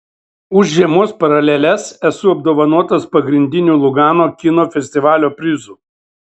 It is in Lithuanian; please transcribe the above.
už žiemos paraleles esu apdovanotas pagrindiniu lugano kino festivalio prizu